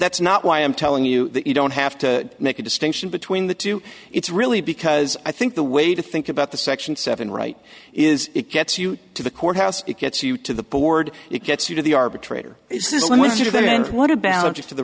that's not why i'm telling you that you don't have to make a distinction between the two it's really because i think the way to think about the section seven right is it gets you to the courthouse it gets you to the board it gets you to the arbitrator